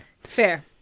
Fair